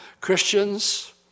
Christians